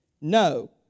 No